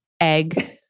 egg